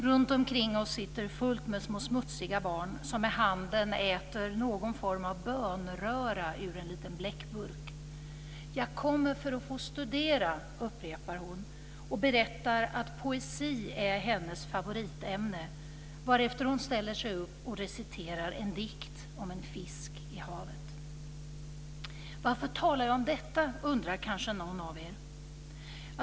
Runtomkring oss sitter fullt med små smutsiga barn som med handen äter någon form av bönröra ur en liten bleckburk. "Jag kommer för att få studera", upprepar hon och berättar att poesi är hennes favoritämne. Därefter ställer hon sig upp och reciterar en dikt om en fisk i havet. Varför talar jag om detta? Det undrar kanske någon av er.